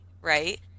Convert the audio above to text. right